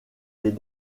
les